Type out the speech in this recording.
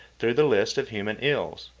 through the list of human ills.